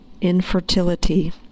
infertility